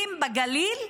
במכרזים בגליל,